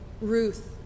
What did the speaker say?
Ruth